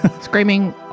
Screaming